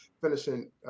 finishing